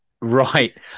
right